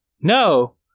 No